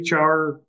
HR